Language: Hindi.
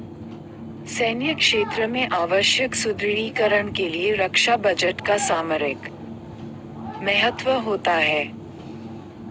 सैन्य क्षेत्र में आवश्यक सुदृढ़ीकरण के लिए रक्षा बजट का सामरिक महत्व होता है